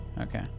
Okay